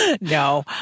No